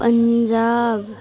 Punjab